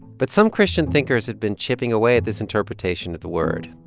but some christian thinkers had been chipping away at this interpretation of the word.